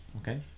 Okay